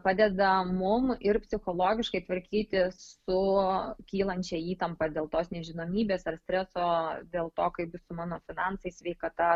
padeda mum ir psichologiškai tvarkytis su kylančia įtampa dėl tos nežinomybės ar streso dėl to kaip bus su mano finansais sveikata